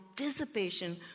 anticipation